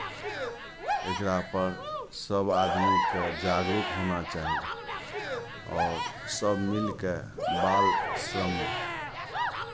एकरापर सभ आदमीकेँ जागरूक होना चाही आओर सभ मिलि कऽ बालश्रम